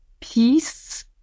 peace